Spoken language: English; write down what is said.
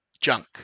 junk